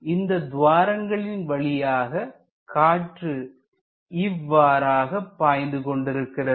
அந்த துவாரங்களின் வழியாக காற்று இவ்வாறாக பாய்ந்து கொண்டிருக்கிறது